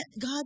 God